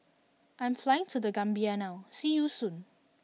I am flying to The Gambia now see you soon